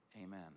amen